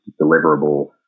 deliverable